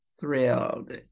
thrilled